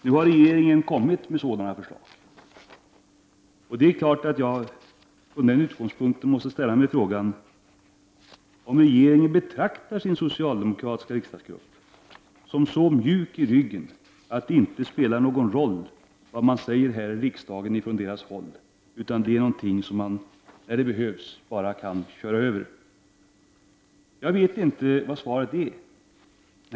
Nu har regeringen kommit med sådana förslag, och det är klart att jag från den utgångspunkten måste ställa mig frågan om regeringen betraktar sin socialdemokratiska riksdagsgrupp som så mjuk i ryggen att det inte spelar någon roll vad ledamöterna i gruppen säger här i riksdagen utan att det är något som regeringen, när det behövs, bara kan köra över. Jag vet inte vad svaret på den frågan är.